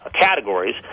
categories